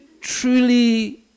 truly